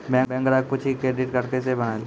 Bank ग्राहक पुछी की क्रेडिट कार्ड केसे बनेल?